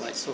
what so